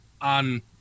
on